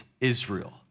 Israel